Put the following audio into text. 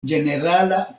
ĝenerala